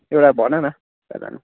एउटा भनन कहाँ जानु